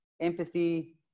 empathy